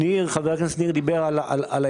חבר הכנסת ניר אורבך דיבר על הייצוא.